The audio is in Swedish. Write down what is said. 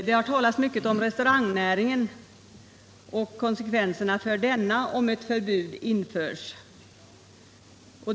Det har talats mycket om restaurangnäringen och konsekvenserna för den om ett förbud mot enarmade banditer införs.